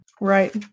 Right